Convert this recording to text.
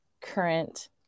current